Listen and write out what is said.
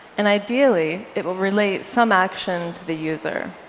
and ideally, it will relate some action to the user.